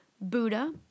Buddha